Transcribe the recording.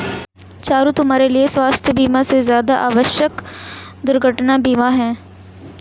चारु, तुम्हारे लिए स्वास्थ बीमा से ज्यादा आवश्यक दुर्घटना बीमा है